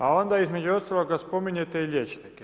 A onda između ostaloga spominjete i liječnike.